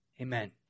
Amen